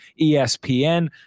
ESPN